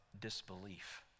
disbelief